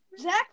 Zach